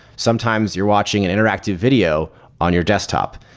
sometimes you're watching and interactive video on your desktop.